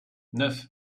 neuf